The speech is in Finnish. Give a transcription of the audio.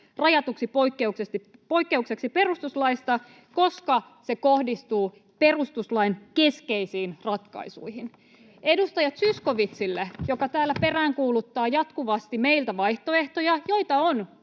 rajatuksi poikkeukseksi perustuslaista, koska se kohdistuu perustuslain keskeisiin ratkaisuihin. Edustaja Zyskowiczille, joka täällä peräänkuuluttaa jatkuvasti meiltä vaihtoehtoja — joita on